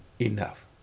enough